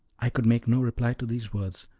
i could make no reply to these words,